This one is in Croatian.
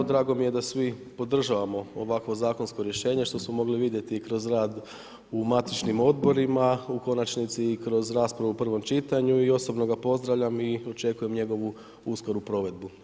Drago mi je da svi podržavamo ovakvo zakonsko rješenje što smo mogli vidjeti i kroz rad u matičnim odborima u konačnici i kroz raspravu u prvom čitanju i osobno ga pozdravljam i očekujem njegovu uskoru provedbu.